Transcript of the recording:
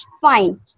fine